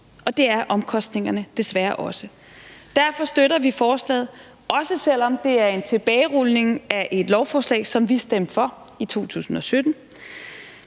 og det er omkostningerne desværre også. Derfor støtter vi forslaget, også selv om det er en tilbagerulning af et lovforslag, som vi stemte for i 2017.